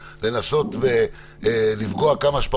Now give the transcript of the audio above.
אני לא אוכל להספיק לעשות משמרת שנייה בבית